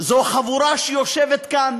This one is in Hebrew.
זו חבורה שיושבת כאן